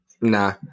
Nah